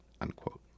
unquote